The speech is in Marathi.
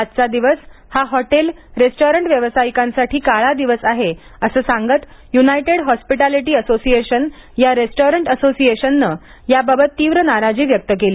आजचा दिवस हा हॉटेल रेस्टॉरंट व्यवसायिकांसाठी काळा दिवस आहे असं सांगत यूनायटेड हॉस्पिटॅलिटी असोसिएशन या रेस्टॉरंट असोसिएशनने याबाबत तीव्र नाराजी व्यक्त केली